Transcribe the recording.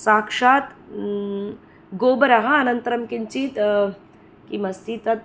साक्षात् गोबरः अनन्तरं किञ्चित् किमस्ति तद्